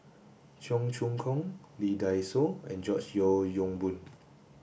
Cheong Choong Kong Lee Dai Soh and George Yeo Yong Boon